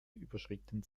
überschritten